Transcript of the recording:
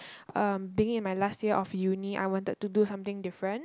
um being in my last year of uni I wanted to do something different